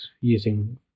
using